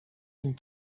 sin